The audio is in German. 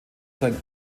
sein